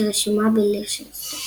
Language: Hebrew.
שרשומה בליכטנשטיין.